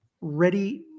ready